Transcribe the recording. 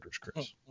Chris